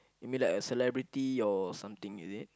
you mean like a celebrity or like something is it